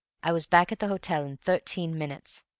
i was back at the hotel in thirteen minutes.